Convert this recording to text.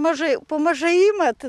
mažai po mažai imat